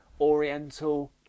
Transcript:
Oriental